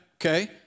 Okay